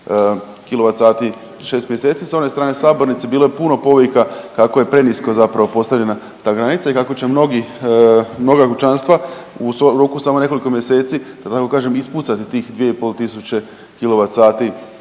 2500 kWh u 6 mjeseci s one strane sabornice bilo je puno povika kako je prenisko zapravo postavljena ta granica i kako će mnogi, mnoga kućanstva u roku samo nekoliko mjeseci da tako kažem ispucati tih 2500 kWh, kWh